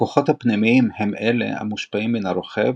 הכוחות הפנימיים הם אלה המושפעים מן הרוכב